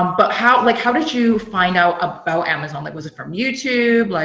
but how like how did you find out about amazon? like was it from youtube? like